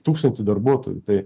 tūkstantį darbuotojų tai